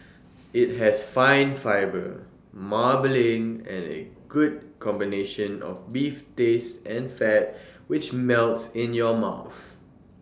IT has fine fibre marbling and A good combination of beef taste and fat which melts in your mouth